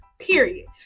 period